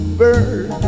bird